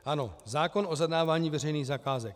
Ano, zákon o zadávání veřejných zakázek.